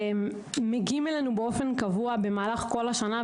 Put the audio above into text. מגיעים אלינו באופן קבוע במהלך כל השנה,